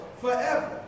forever